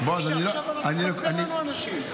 כשעכשיו חסרים לנו אנשים.